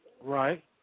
Right